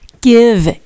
give